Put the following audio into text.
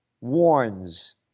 warns